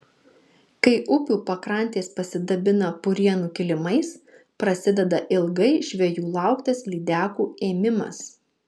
kai upių pakrantės pasidabina purienų kilimais prasideda ilgai žvejų lauktas lydekų ėmimas